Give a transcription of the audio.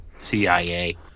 CIA